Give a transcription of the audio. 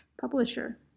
publisher